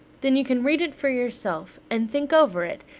then you can read it for yourself, and think over it,